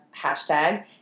hashtag